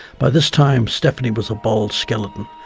by this time, stephanie was about a skeleton,